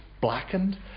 blackened